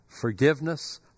forgiveness